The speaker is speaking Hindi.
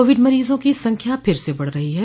कोविड मरीजों की संख्या फिर से बढ़ रही है